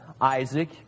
Isaac